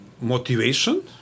motivation